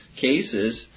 cases